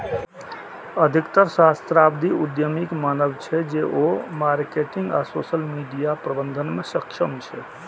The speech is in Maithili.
अधिकतर सहस्राब्दी उद्यमीक मानब छै, जे ओ मार्केटिंग आ सोशल मीडिया प्रबंधन मे सक्षम छै